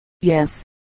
yes